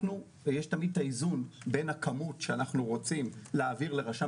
יש תמיד את האיזון בין הכמות שאנחנו רוצים להעביר לרשם